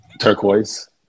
turquoise